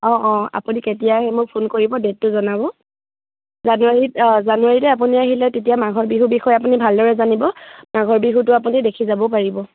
অঁ অঁ আপুনি কেতিয়া আহে মোক ফোন কৰিব ডেটটো জনাব জানুৱাৰীত অঁ জানুৱাৰীতে আপুনি আহিলে তেতিয়া মাঘৰ বিহুৰ বিষয়ে আপুনি ভালদৰে জানিব মাঘৰ বিহুটো আপুনি দেখি যাবও পাৰিব